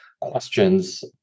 questions